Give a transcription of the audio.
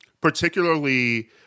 Particularly